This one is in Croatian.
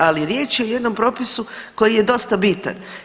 Ali riječ je o jedno propisu koji je dosta bitan.